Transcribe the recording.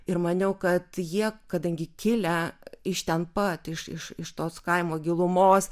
ir maniau kad jie kadangi kilę iš ten pat iš iš tos kaimo gilumos